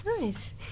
nice